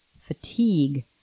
fatigue